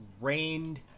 rained